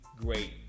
great